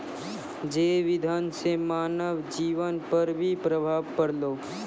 जैव इंधन से मानव जीबन पर भी प्रभाव पड़लै